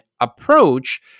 approach